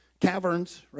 caverns